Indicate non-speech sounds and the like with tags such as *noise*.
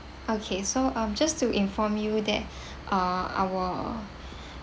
okay so um just to inform you that *breath* uh our *breath*